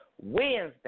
Wednesday